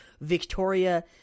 Victoria –